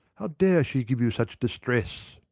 how dare she give you such distress?